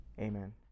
amen